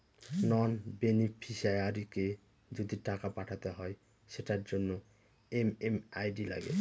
নন বেনিফিশিয়ারিকে যদি টাকা পাঠাতে হয় সেটার জন্য এম.এম.আই.ডি লাগে